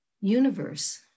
universe